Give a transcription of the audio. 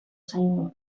zaigu